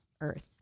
earth